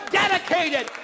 dedicated